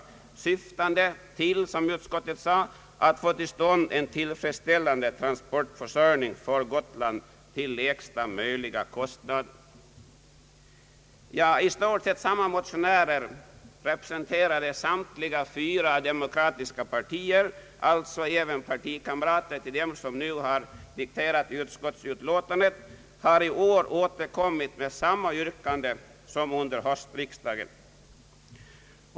Detta avtal syftade, enligt utskottet, till att få till stånd en tillfredsställande transportförsörjning till Gotland till lägsta möjliga kostnad. I stort sett samma motionärer representerande alla de fyra demokratiska partierna — alltså även partikamrater till dem som nu dikterat utskottsbetänkandet — har i år framställt samma yrkande som under höstriksdagen.